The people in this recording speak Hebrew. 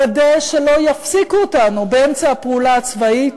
לוודא שלא יפסיקו אותנו באמצע הפעולה הצבאית,